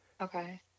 Okay